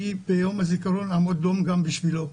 אני ביום הזיכרון אעמוד דום גם בשבילו,